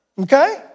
okay